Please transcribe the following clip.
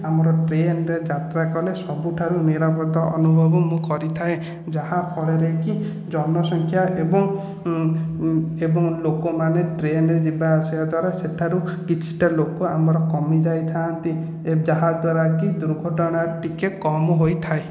ଆମର ଟ୍ରେନ୍ରେ ଯାତ୍ରା କଲେ ସବୁଠାରୁ ନିରାପଦ ଅନୁଭବ ମୁଁ କରିଥାଏ ଯାହା ଫଳରେ କି ଜନସଂଖ୍ୟା ଏବଂ ଏବଂ ଲୋକମାନେ ଟ୍ରେନ୍ରେ ଯିବା ଆସିବା ଦ୍ଵାରା ସେଠାରୁ କିଛିଟା ଲୋକ ଆମର କମି ଯାଇଥାନ୍ତି ଏ ଯାହାଦ୍ଵାରା କି ଦୁର୍ଘଟଣା ଟିକେ କମ୍ ହୋଇଥାଏ